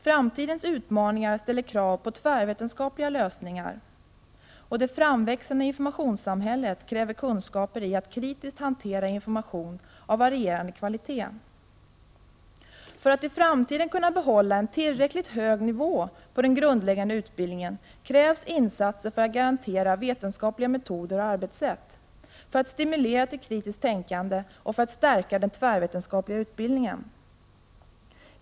Framtidens utmaningar ställer krav på tvärvetenskapliga lösningar. Det framväxande informationssamhället kräver kunskaper i att kritiskt hantera information av varierande kvalitet. För att en tillräckligt hög nivå på den grundläggande utbildningen skall kunna hållas i framtiden krävs insatser för att garantera vetenskapliga metoder och arbetssätt, för att stimulera till kritiskt tänkande och för att stärka den tvärvetenskapliga utbildningen.